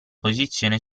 posizione